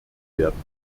werden